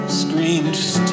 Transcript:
screamed